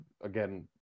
again